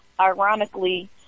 Ironically